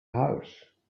house